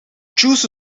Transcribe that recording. choose